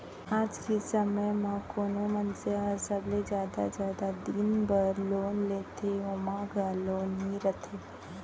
आज के समे म कोनो मनसे ह सबले जादा जादा दिन बर लोन लेथे ओमा घर लोन ही रथे